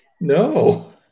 No